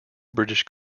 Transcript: british